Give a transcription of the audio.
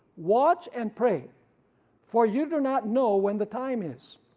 watch and pray for you do not know when the time is.